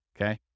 okay